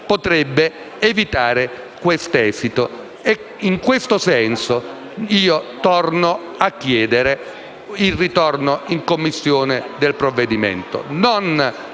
potrebbe evitare tale esito. In questo senso chiedo nuovamente il ritorno in Commissione del provvedimento,